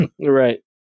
Right